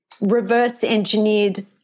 reverse-engineered